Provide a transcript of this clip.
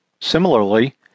Similarly